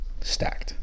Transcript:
Stacked